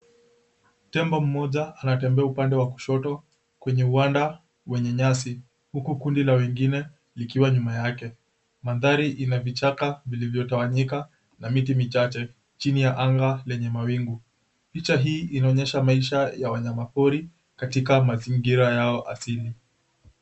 Tembo mmoja anatembea upande wa kushoto kwenye uwanda wenye nyasi huku kundi la wengine likiwa nyuma yake. Mandhari ina vichaka vilivyotawanyika na miti michache chini ya anga lenye mawingu. Picha hii inaonyesha maisha ya wanyamapori katika mazingira yao asili.